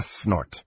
snort